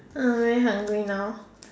uh very hungry now